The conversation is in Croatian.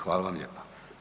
Hvala vam lijepa.